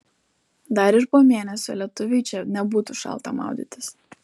dar ir po mėnesio lietuviui čia nebūtų šalta maudytis